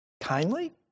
kindly